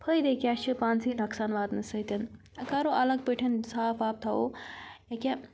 فٲیدٕ کیاہ چھِ پانسٕے نۄقصان واتنہٕ سۭتۍ کَرو الگ پٲٹھٮ۪ن صاف واف تھاوو ییٚکیاہ